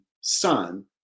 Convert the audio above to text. son